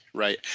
right.